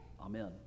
Amen